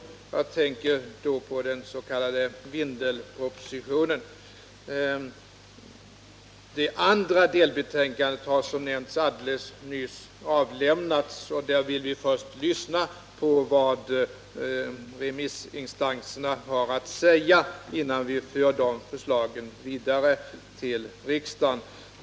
Jag tänker då på den s.k. Vindelälvspropositionen. Det andra delbetänkandet har — som nyss nämnts — just avlämnats, och vi vill först lyssna på vad remissinstanserna har att säga, innan vi för de förslagen vidare till riksdagen.